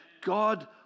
God